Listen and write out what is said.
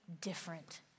different